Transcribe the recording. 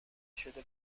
شده